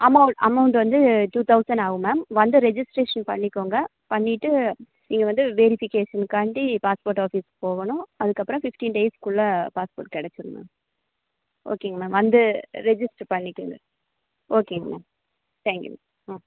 amount amount வந்து two thousand ஆகும் ma'am வந்து ரெஜிஸ்ட்ரேஷன் பண்ணிக்கோங்க பண்ணிவிட்டு நீங்கள் வந்து வெரிஃபிகேஷனுக்காண்டி பாஸ்போர்ட் ஆஃபீஸுக்கு போகணும் அதுக்கப்றம் ஃபிஃப்ட்டீன் டேஸ்க்குள்ளே பாஸ்போர்ட் கிடச்சிரும் மேம் ஓகேங்க மேம் வந்து ரெஜிஸ்ட்ரு பண்ணிக்கங்க ஓகேங்க மேம் தேங்க் யூ ம்